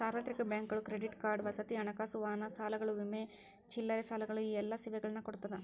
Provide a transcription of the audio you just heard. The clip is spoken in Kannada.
ಸಾರ್ವತ್ರಿಕ ಬ್ಯಾಂಕುಗಳು ಕ್ರೆಡಿಟ್ ಕಾರ್ಡ್ ವಸತಿ ಹಣಕಾಸು ವಾಹನ ಸಾಲಗಳು ವಿಮೆ ಚಿಲ್ಲರೆ ಸಾಲಗಳು ಈ ಎಲ್ಲಾ ಸೇವೆಗಳನ್ನ ಕೊಡ್ತಾದ